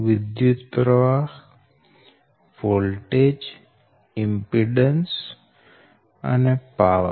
વિદ્યુતપ્રવાહ voltage impedance અને power